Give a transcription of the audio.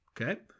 Okay